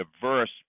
diverse